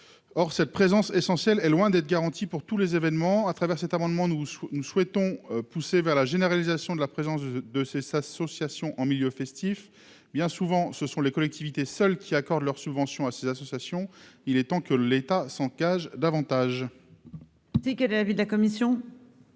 or cette présence essentielle est loin d'être garanti pour tous les événements à travers cet amendement, nous, nous souhaitons pousser vers la généralisation de la présence de de ces s'association en milieu festif, bien souvent, ce sont les collectivités seuls qui accordent leurs subventions à ces associations, il est temps que l'État s'cage davantage. C'est que, de l'avis de la commission.